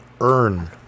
earn